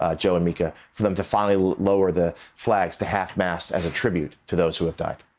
ah joe and mika, for them to finally lower the flags to half-mast as a tribute to those who have died.